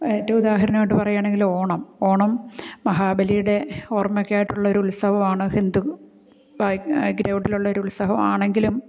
ഏറ്റവും ഉദാഹരണായിട്ട് പറയുവാണെങ്കില് ഓണം ഓണം മഹാബലിയുടെ ഓര്മ്മക്കായിട്ടുള്ളൊരു ഉത്സവമാണ് ഹിന്ദു ബാക്ക് ബാക്ക്ഗ്രൌണ്ടിലുള്ള ഒരു ഉത്സവമാണെങ്കിലും